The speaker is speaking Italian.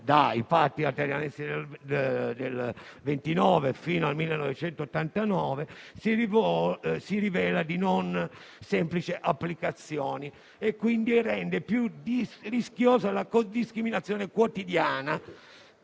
(dai Patti Lateranensi del 1929 fino al 1989) si rivela di non semplice applicazione, rendendo più rischiosa la discriminazione quotidiana